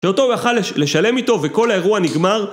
שאותו יכל לשלם איתו וכל האירוע נגמר